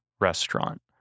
restaurant